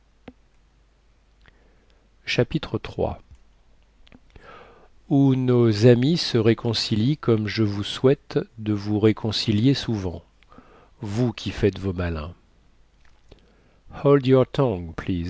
chapitre iii où nos amis se réconcilient comme je vous souhaite de vous réconcilier souvent vous qui faites vos malins